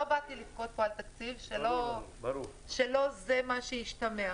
לא באתי לבכות פה על תקציב, שלא זה מה שישתמע.